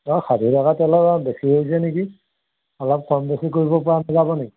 অঁ ষাঠি টকা তেলৰ বেছি হৈছে নেকি অলপ কম বেছি কৰিব পৰা নেযাব নেকি